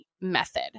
method